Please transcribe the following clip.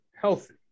healthy